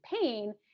pain